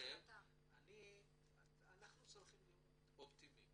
אנחנו צריכים להיות אופטימיים